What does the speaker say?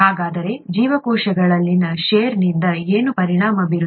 ಹಾಗಾದರೆ ಜೀವಕೋಶಗಳಲ್ಲಿನ ಷೇರ್ ನಿಂದ ಏನು ಪರಿಣಾಮ ಬೀರುತ್ತದೆ